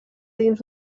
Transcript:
dins